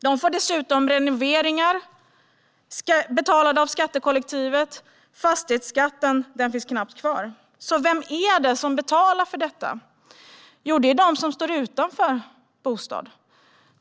De får dessutom renoveringar betalade av skattekollektivet. Fastighetsskatten finns knappt kvar. Så vem är det som betalar för detta? Jo, det är de som står utan bostad.